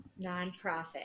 Nonprofit